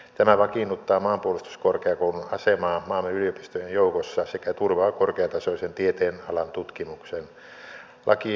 tämä vakiinnuttaa maanpuolustuskorkeakoulun asemaa maamme yliopistojen joukossa sekä turvaa korkeatasoisen tieteenalan tutkimuksen